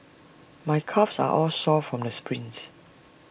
my calves are all sore from the sprints